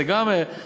זו גם שיטה.